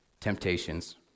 temptations